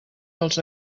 dels